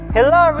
Hello